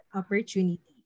opportunity